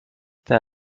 there